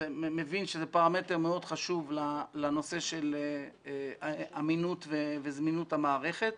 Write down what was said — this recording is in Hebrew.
מבין שזה פרמטר מאוד חשוב לנושא של אמינות וזמינות המערכת.